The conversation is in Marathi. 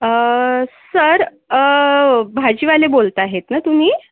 अं सर अं भाजीवाले बोलता आहेत ना तुम्ही